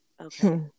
okay